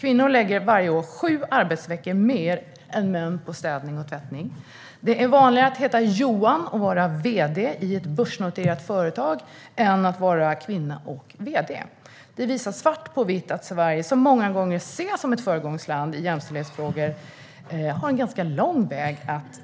Kvinnor lägger varje år sju arbetsveckor mer än män på städning och tvättning. Det är vanligare att heta Johan och vara vd i ett börsnoterat företag än att vara kvinna och vd. Det visar svart på vitt att Sverige, som många gånger ses som ett föregångsland i jämställdhetsfrågor, har en ganska lång väg att gå.